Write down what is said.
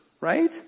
right